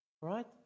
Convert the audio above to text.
Right